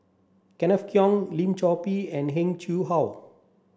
Kenneth Keng Lim Chor Pee and Heng Chee How